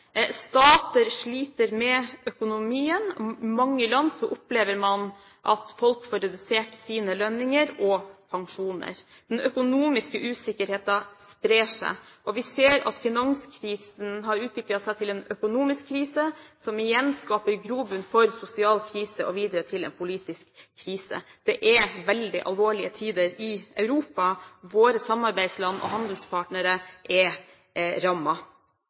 Stater sliter med økonomien. I mange land opplever man at folk får redusert sine lønninger og pensjoner. Den økonomiske usikkerheten sprer seg. Vi ser at finanskrisen har utviklet seg til en økonomisk krise, som igjen skaper grobunn for sosial krise og videre til en politisk krise. Det er veldig alvorlige tider i Europa. Våre samarbeidsland og handelspartnere er